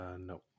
No